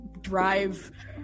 drive